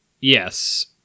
Yes